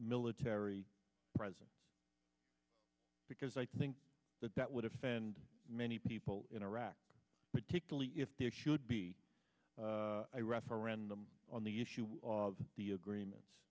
military presence because i think that that would offend many people in iraq particularly if there should be a referendum on the issue of the agreements